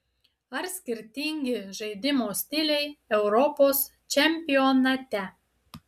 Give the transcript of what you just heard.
ar skirtingi žaidimo stiliai europos čempionate